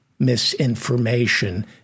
misinformation